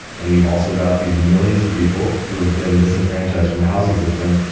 and you've also got these millions of people who have been disenfranchised from the housing system.